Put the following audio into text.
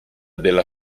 della